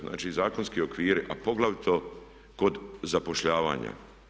Znači i zakonski okviri a poglavito kod zapošljavanja.